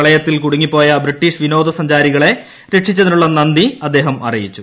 പ്രളയത്തിൽ കുടുങ്ങിപ്പോയ് ബ്രീട്ടീഷ് വിനോദസഞ്ചാരികളെ രക്ഷിച്ചതിനുള്ള നന്ദി അദ്ദേഹൃ അറിയിച്ചു